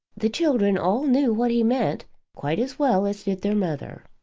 the children all knew what he meant quite as well as did their mother.